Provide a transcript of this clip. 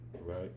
right